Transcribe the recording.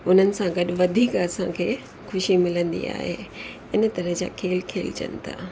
उन्हनि सां गॾु वधीक असांखे ख़ुशी मिलंदी आहे इन तरह जा खेल खेलजनि था